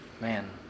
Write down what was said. man